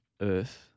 earth